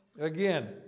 again